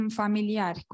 familiar